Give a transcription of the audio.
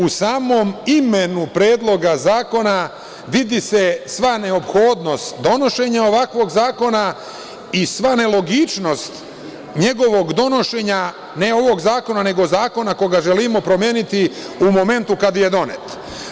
U samom imenu Predloga zakona vidi se sva neophodnost donošenja ovakvog zakona i sva nelogičnost njegovog donošenja, ne ovog zakona, nego zakona koji želimo da promenimo u momentu kada je donet.